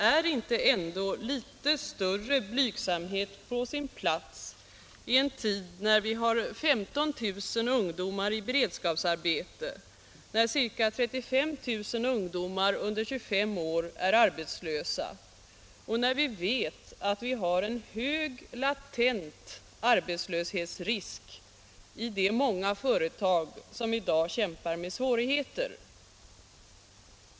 Är inte ändå en litet större blygsamhet på sin plats i en tid när vi har 15 000 ungdomar i beredskapsarbete, när ca 35 000 ungdomar under 25 år är arbetslösa och när vi vet att vi har en hög latent arbetslöshetsrisk i de många företag som i dag kämpar med svårigheter?